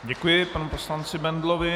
Děkuji panu poslanci Bendlovi.